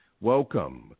welcome